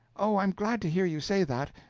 oh, i'm glad to hear you say that.